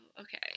okay